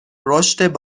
رشد